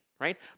right